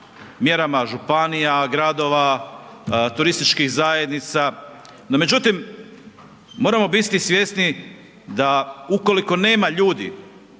mjerama županija, gradova, turističkih zajednica. No, međutim, moramo biti svjesni da ukoliko nema ljudi